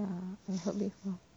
ya I heard before